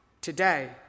today